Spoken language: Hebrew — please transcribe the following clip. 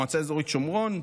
מועצה אזורית שומרון,